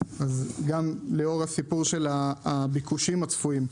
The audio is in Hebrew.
לאור הסיפור של הביקושים הצפויים,